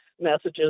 messages